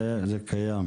זה קיים.